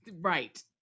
Right